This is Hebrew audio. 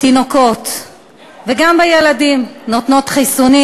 בתינוקות וגם בילדים, נותנות חיסונים